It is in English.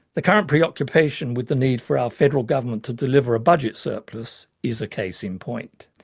the current pre-occupation with the need for our federal government to deliver a budget surplus is a case in point.